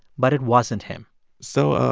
but it wasn't him so